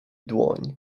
dłoń